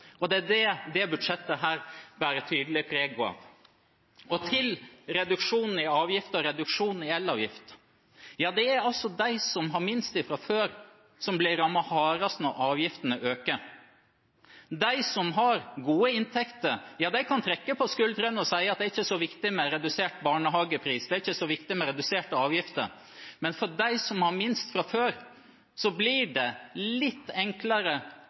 Det er det dette budsjettet bærer tydelig preg av. Til reduksjonen i avgifter og reduksjonen i elavgift: Det er altså de som har minst fra før, som blir rammet hardest når avgiftene øker. De som har gode inntekter, kan trekke på skuldrene og si at det ikke er så viktig med redusert barnehagepris, det er ikke så viktig med reduserte avgifter. Men for dem som har minst fra før, blir det litt enklere